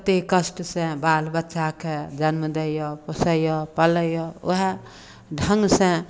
कतेक कष्टसँ बाल बच्चाकेँ जन्म दैए पोसैए पालैए उएह ढङ्गसँ